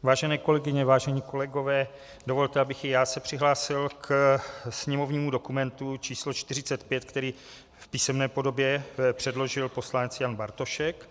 Vážené kolegyně, vážení kolegové, dovolte, abych i já se přihlásil ke sněmovnímu dokumentu číslo 45, který v písemné podobě předložil poslanec Jan Bartošek.